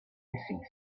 hissing